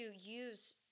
use